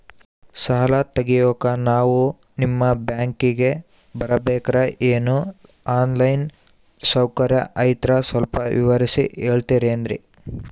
ಸಾಲ ತೆಗಿಯೋಕಾ ನಾವು ನಿಮ್ಮ ಬ್ಯಾಂಕಿಗೆ ಬರಬೇಕ್ರ ಏನು ಆನ್ ಲೈನ್ ಸೌಕರ್ಯ ಐತ್ರ ಸ್ವಲ್ಪ ವಿವರಿಸಿ ಹೇಳ್ತಿರೆನ್ರಿ?